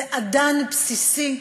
זה אדן בסיסי,